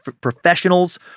professionals